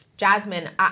Jasmine